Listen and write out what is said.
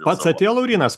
pats atėjo laurynas